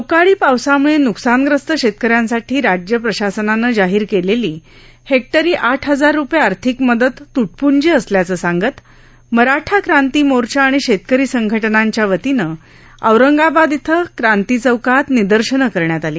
अवकाळी पावसामुळे न्कसानग्रस्त शेतकऱ्यांसाठी राज्य प्रशासनानं जाहीर केलेली हेक्टरी आठ हजार रुपये आर्थिक मदत तूटपूंजी असल्याचं सांगत मराठा क्रांती मोर्चा आणि शेतकरी संघटनांच्या वतीनं औरंगाबाद इथं क्रांती चौकात निदर्शनं करण्यात आली